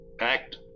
act